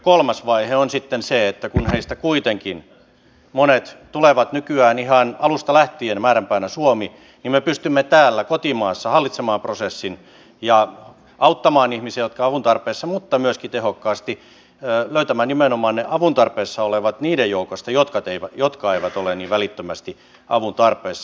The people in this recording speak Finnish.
kolmas vaihe on sitten se että kun heistä kuitenkin monet tulevat nykyään ihan alusta lähtien määränpäänä suomi niin me pystymme täällä kotimaassa hallitsemaan prosessin ja auttamaan ihmisiä jotka ovat avun tarpeessa mutta myöskin tehokkaasti löytämään nimenomaan ne avun tarpeessa olevat niiden joukosta jotka eivät ole niin välittömästi avun tarpeessa